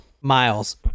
miles